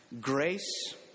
Grace